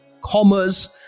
Commerce